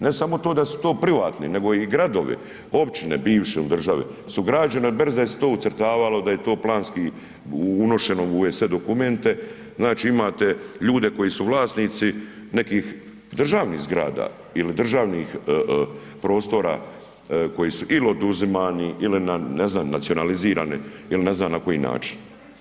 Ne samo to da su to privatni, nego i gradovi, općine bivše u državi su građene bez da se je to ucrtavalo, da je to planski unošeno u ove sve dokumente, znači imate ljude koji su vlasnici nekih državnih zgrada ili državnih prostora koji su il oduzimani, il ne znam nacionalizirani il ne znam na koji način.